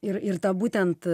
ir ir ta būtent